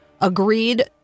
agreed